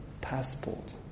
passport